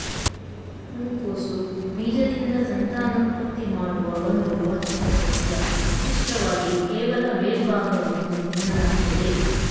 ಹೂಕೋಸು ಬೀಜದಿಂದ ಸಂತಾನೋತ್ಪತ್ತಿ ಮಾಡುವ ಒಂದು ವಾರ್ಷಿಕ ಸಸ್ಯ ವಿಶಿಷ್ಟವಾಗಿ ಕೇವಲ ಮೇಲ್ಭಾಗವನ್ನು ತಿನ್ನಲಾಗ್ತದೆ